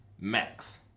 max